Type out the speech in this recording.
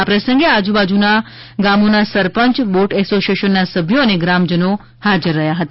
આ પ્રસંગે આજુબાજુના ગામોના સરપંચ બોટ એસોસિએશન ના સભ્યો અને ગ્રામજનો હાજર રહ્યા હતા